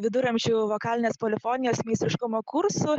viduramžių vokalinės polifonijos meistriškumo kursų